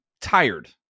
tired